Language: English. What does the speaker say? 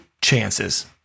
chances